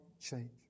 change